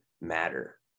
matter